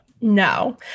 No